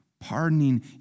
pardoning